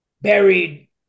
buried